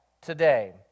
today